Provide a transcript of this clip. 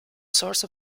source